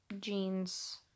jeans